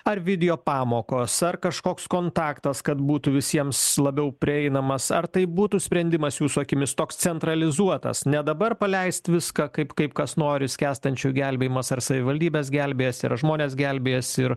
ar video pamokos ar kažkoks kontaktas kad būtų visiems labiau prieinamas ar tai būtų sprendimas jūsų akimis toks centralizuotas ne dabar paleisti viską kaip kaip kas noriu skęstančių gelbėjimas ar savivaldybės gelbėjasi ir žmonės gelbėjasi ir